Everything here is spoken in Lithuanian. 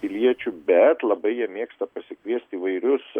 piliečių bet labai jie mėgsta pasikviesti įvairius